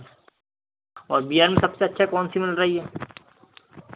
और बीयर में सबसे अच्छा कौन सी मिल रही है